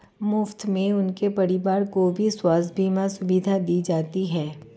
मुफ्त में उनके परिवार को भी स्वास्थ्य बीमा सुविधा दी जाती है